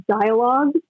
dialogue